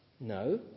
No